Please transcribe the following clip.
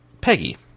Peggy